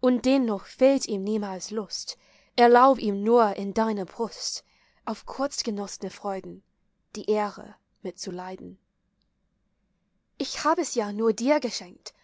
und dennoch fehlt ihm niemals lust erlaub ihm nur in deiner brust auf kurz genoss'ne freuden die ehre mit zu leiden ich hab es ja nur dir geschenkt